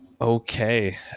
Okay